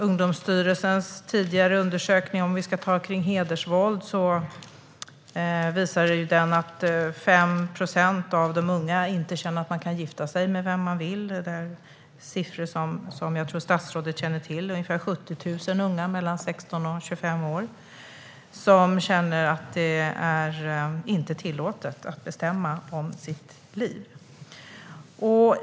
Ungdomsstyrelsens tidigare undersökning om hedersvåld visar att 5 procent av de unga inte känner att de kan gifta sig med vem de vill. Det är siffror som jag tror att statsrådet känner till. Ungefär 70 000 unga mellan 16 och 25 år känner att det inte är tillåtet att bestämma över sitt liv.